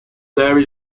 there